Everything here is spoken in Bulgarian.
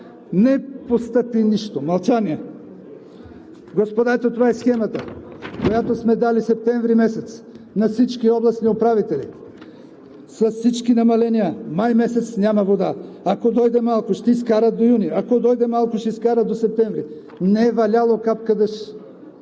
Не постъпи нищо. Мълчание. Господа, ето това е схемата (показва схема), която сме дали септември месец на всички областни управители с всички намаления. Май месец няма вода – ако дойде малко, ще изкара до юни, ако дойде малко – ще изкара до септември. Не е валяло капка дъжд!